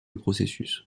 processus